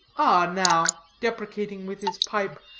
now, deprecating with his pipe,